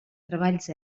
treballs